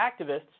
activists